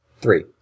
Three